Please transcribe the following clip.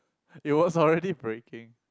it was already breaking